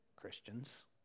Christians